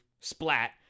splat